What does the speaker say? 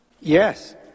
Yes